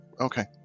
okay